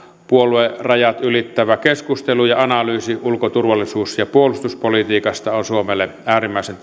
puoluerajat ylittävä keskustelu ja analyysi ulko turvallisuus ja puolustuspolitiikasta on suomelle äärimmäisen